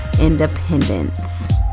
independence